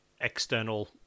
external